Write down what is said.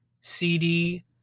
CD